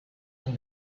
and